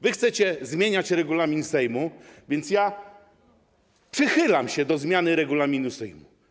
Wy chcecie zmieniać regulamin Sejmu, więc ja przychylam się do zmiany regulaminu Sejmu.